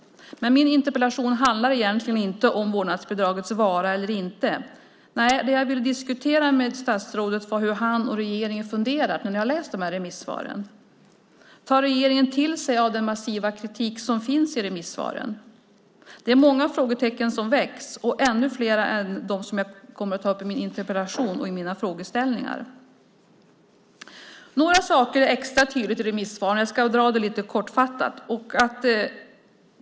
Min interpellation handlar emellertid egentligen inte om vårdnadsbidragets vara eller inte vara. Nej, det jag vill diskutera med statsrådet är hur han och regeringen tänkt när de läst remissvaren. Tar regeringen till sig av den massiva kritik som finns i remissvaren? Det är många frågetecken som uppstår, ännu fler än de som jag tagit upp i min interpellation och mina frågor. Några saker är extra tydliga i remissvaren. Jag ska ta dem lite kortfattat.